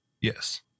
Yes